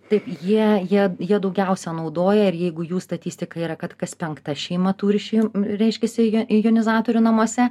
taip jie jie jie daugiausia naudoja ir jeigu jų statistika yra kad kas penkta šeima turi šį reiškiasi jo jonizatorių namuose